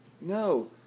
No